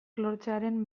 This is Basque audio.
lortzearen